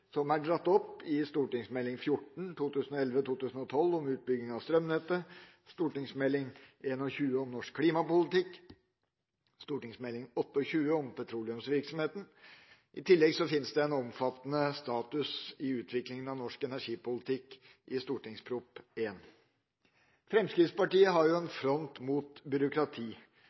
som er dratt opp i Meld. St. 14 for 2011–12 om utbygging av strømnettet, Meld. St. 21 for 2011–2012 om norsk klimapolitikk og Meld. St. 28 for 2010–2011 om petroleumsvirksomheten. I tillegg fins det en omfattende status i utviklinga av norsk energipolitikk i St.prp. nr. 1. Fremskrittspartiet har jo en front mot byråkrati.